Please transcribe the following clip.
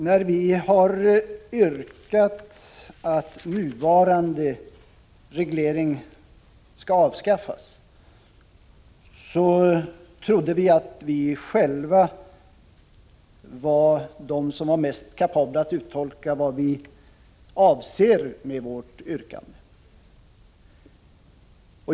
När vi yrkade att nuvarande reglering skall avskaffas trodde vi att vi själva var mest kapabla att uttolka vad vi avser med vårt yrkande.